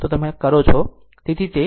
તેથી જો તમે કરો છો